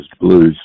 blues